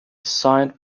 signed